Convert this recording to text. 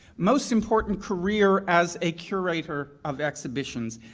most important career as a curator of exhibitions.